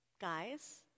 Guys